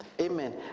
amen